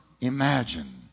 imagine